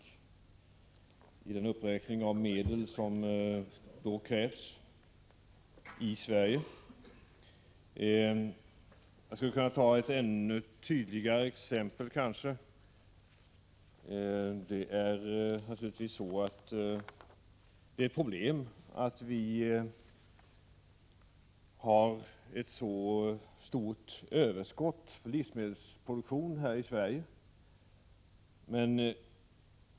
Jag saknar den politik och de medel som då krävs i Sverige. Jag skulle kanske kunna ta ett ännu tydligare exempel. Det är naturligtvis ett problem att vi har ett stort överskott i livsmedelsproduktionen här i Sverige.